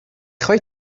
خوای